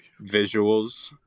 visuals